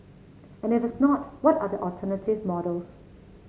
and if it's not what are the alternative models